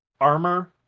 armor